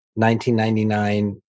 1999